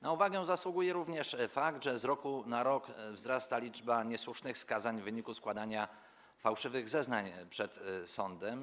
Na uwagę zasługuje również fakt, że z roku na rok wzrasta liczba niesłusznych skazań w wyniku składania fałszywych zeznań przed sądem.